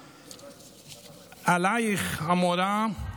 עלייך, המורה,